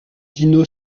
dino